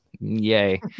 Yay